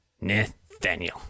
Nathaniel